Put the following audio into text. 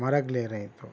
مرگ لے رہے تو